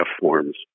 forms